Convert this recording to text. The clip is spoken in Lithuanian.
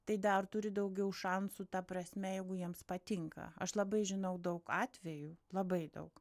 tai dar turi daugiau šansų ta prasme jeigu jiems patinka aš labai žinau daug atvejų labai daug